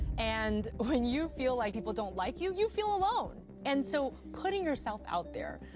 and when you feel like people don't like you, you feel alone! and so putting yourself out there,